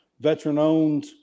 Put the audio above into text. Veteran-owned